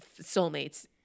soulmates